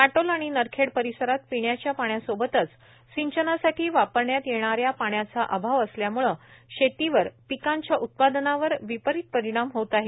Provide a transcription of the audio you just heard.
काटोल आणि नरखेड परिसरात पिण्याच्या पाण्यासोबतच सिंचनासाठी वापरण्यात येणा या पाण्याचा अभाव असल्याम्ळे शेतीवर पिकांच्या उत्पादनावर विपरीत परिणाम होत आहे